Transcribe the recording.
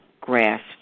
grasp